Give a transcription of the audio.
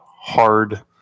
hard